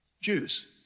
Jews